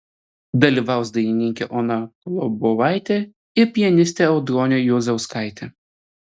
dalyvaus dainininkė ona kolobovaitė ir pianistė audronė juozauskaitė